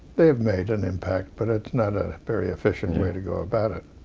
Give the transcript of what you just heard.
they have made an impact, but it's not a very efficient way to go about it.